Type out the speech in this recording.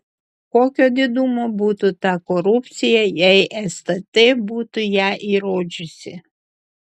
kokio didumo būtų ta korupcija jei stt būtų ją įrodžiusi